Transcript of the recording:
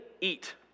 eat